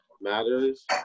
matters